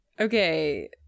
Okay